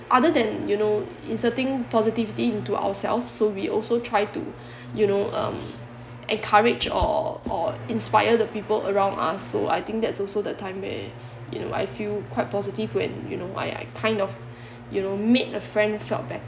other than you know inserting positivity into ourselves so we also try to you know um encourage or or inspire the people around us so I think that's also the time where you know I feel quite positive when you know I I kind of you know made a friend felt better ya